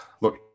Look